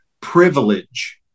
privilege